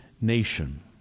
nation